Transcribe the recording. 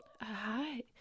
Hi